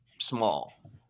small